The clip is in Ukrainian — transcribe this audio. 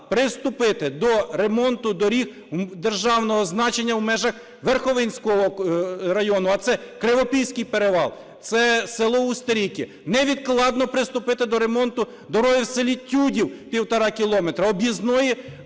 приступити до ремонту доріг державного значення у межах Верховинського району, а це Кривопільський перевал, це село Устеріки, невідкладно приступити до ремонту дороги в селі Тюдів (півтора кілометри), об'їзної